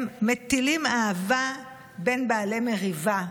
הם מטילים אהבה בין בעלי מריבה.